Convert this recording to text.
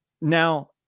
Now